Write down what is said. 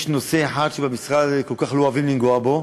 יש נושא אחד שבמשרד לא כל כך אוהבים לנגוע בו,